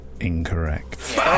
Incorrect